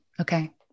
Okay